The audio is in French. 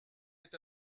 est